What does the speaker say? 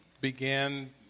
began